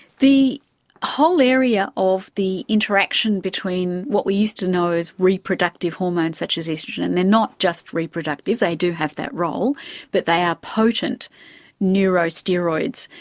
the whole area of the interaction between what we used to know as reproductive hormones such as oestrogen, and they're not just reproductive, they do have that role but they are potent neurosteroids.